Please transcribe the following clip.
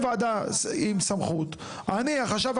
והיא צודקת נטלי במה שהיא אמרה.